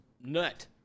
nut